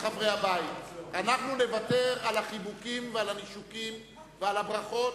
אנחנו נוותר על החיבוקים ועל הנישוקים ועל הברכות,